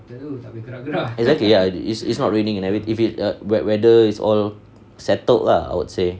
exactly ya it is it's not raining and if it wet weather is all settled lah I would say